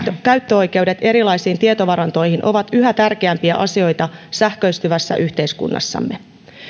käyttöoikeudet erilaisiin tietovarantoihin ovat yhä tärkeämpiä asioita sähköistyvässä yhteiskunnassamme